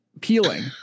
peeling